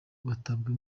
batabwe